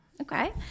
Okay